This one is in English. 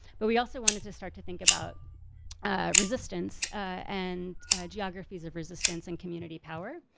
but we also wanted to start to think about resistance and geographies of resistance and community power.